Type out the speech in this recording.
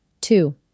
Two